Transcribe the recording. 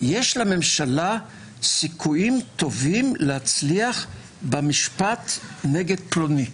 יש לממשלה סיכויים טובים להצליח במשפט נגד פלוני.